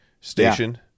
station